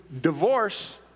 divorce